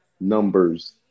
numbers